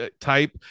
type